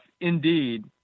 indeed